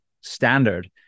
standard